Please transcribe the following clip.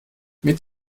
mit